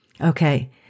Okay